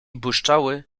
błyszczały